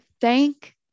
Thank